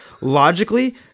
Logically